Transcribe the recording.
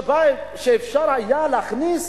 שבה אפשר להכניס